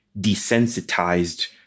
desensitized